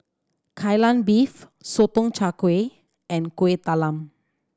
Kai Lan Beef Sotong Char Kway and Kueh Talam